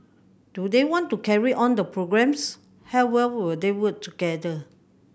do they want to carry on the programmes how well will they work together